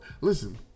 Listen